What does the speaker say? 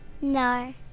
No